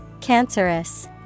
Cancerous